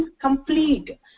complete